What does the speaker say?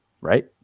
right